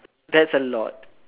that's a lot